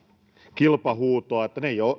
kilpahuutoa